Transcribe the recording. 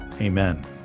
amen